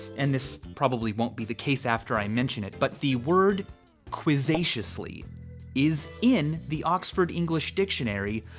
and this probably won't be the case after i mention it, but the word quizzaciously is in the oxford english dictionary,